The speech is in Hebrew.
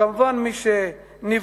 כמובן מי שנפגע